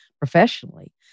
professionally